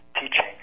teaching